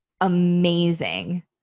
amazing